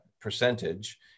percentage